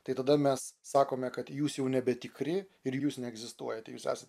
tai tada mes sakome kad jūs jau nebetikri ir jūs neegzistuojat jūs esat